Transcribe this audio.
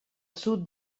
sud